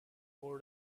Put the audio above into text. more